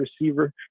receiver